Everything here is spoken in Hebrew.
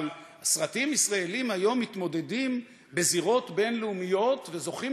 אבל סרטים ישראליים היום מתמודדים בזירות בין-לאומיות וזוכים